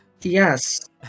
Yes